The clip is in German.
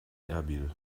erbil